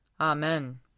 Amen